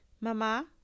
Mama